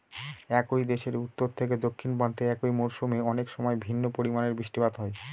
একই দেশের উত্তর থেকে দক্ষিণ প্রান্তে একই মরশুমে অনেকসময় ভিন্ন পরিমানের বৃষ্টিপাত হয়